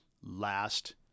last